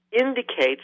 indicates